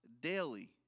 daily